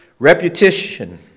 Reputation